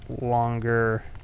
longer